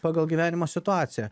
pagal gyvenimo situaciją